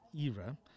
era